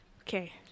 Okay